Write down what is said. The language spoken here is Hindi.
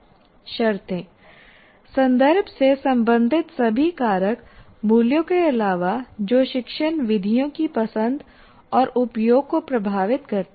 शर्तें संदर्भ से संबंधित सभी कारक मूल्यों के अलावा जो शिक्षण विधियों की पसंद और उपयोग को प्रभावित करते हैं